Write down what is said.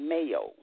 Mayo